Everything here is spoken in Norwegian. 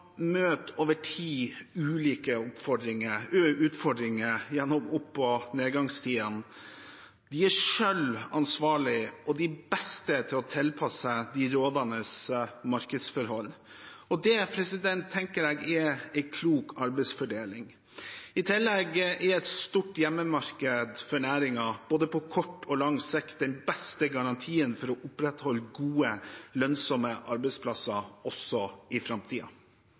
over tid ulike utfordringer gjennom opp- og nedgangstidene. De er selv ansvarlig og de beste til å tilpasse seg de rådende markedsforhold, og det tenker jeg er en klok arbeidsfordeling. I tillegg er et stort hjemmemarked for næringen på både kort og lang sikt den beste garantien for å opprettholde gode, lønnsomme arbeidsplasser også i